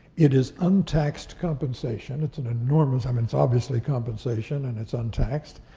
it is untaxed compensation. it's an enormous, i mean, it's obviously compensation, and it's untaxed,